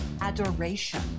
adoration